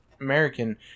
American